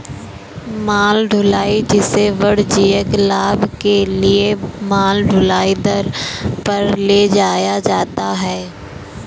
माल ढुलाई, जिसे वाणिज्यिक लाभ के लिए माल ढुलाई दर पर ले जाया जाता है